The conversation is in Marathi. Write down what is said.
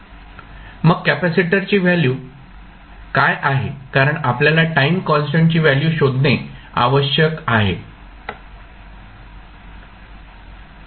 मग कॅपेसिटरची व्हॅल्यू काय आहे कारण आपल्याला टाईम कॉन्स्टंटची व्हॅल्यू शोधणे आवश्यक आहे